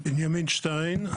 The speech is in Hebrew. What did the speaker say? בנימין שטיין,